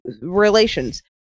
relations